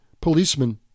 policeman